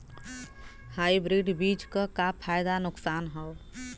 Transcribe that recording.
Hybrid बीज क का फायदा नुकसान ह?